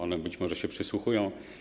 One być może się przysłuchują.